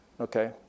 Okay